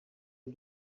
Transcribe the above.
you